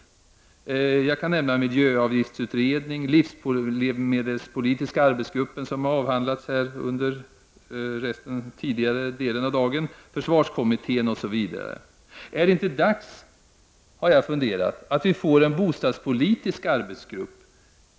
Som exempel kan nämnas bl.a. miljöavgiftsutredningen, livsmedelspolitiska arbetsgruppen, vars förslag har avhandlats här tidigare under dagen, och försvarskommittén. Jag har funderat över om det inte är dags att vi får en bostadspolitisk arbetsgrupp.